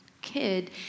kid